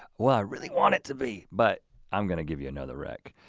well i really want it to be. but i'm gonna give you another rec.